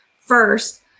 first